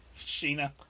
Sheena